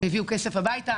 הביאו כסף הביתה,